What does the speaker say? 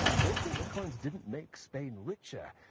more siiver coins didn't make spain richer.